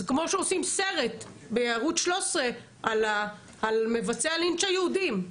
זה כמו שעושים סרט בערוץ 13 על מבצעי הלינץ' היהודיים.